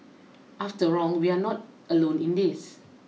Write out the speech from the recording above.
after all we are not alone in this